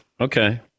Okay